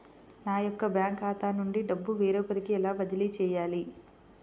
నా యొక్క బ్యాంకు ఖాతా నుండి డబ్బు వేరొకరికి ఎలా బదిలీ చేయాలి?